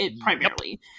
primarily